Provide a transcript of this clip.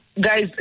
guys